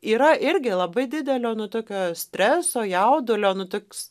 yra irgi labai didelio nu tokio streso jaudulio nu toks